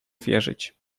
wierzyć